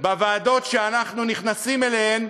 בוועדות שאנחנו נכנסים אליהן.